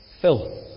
Phil